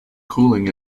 cooling